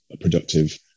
productive